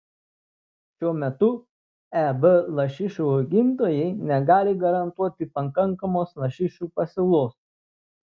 šiuo metu eb lašišų augintojai negali garantuoti pakankamos lašišų pasiūlos